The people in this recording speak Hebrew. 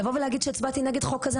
לבוא ולהגיד שהצבעתי נגד החוק הזה,